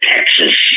Texas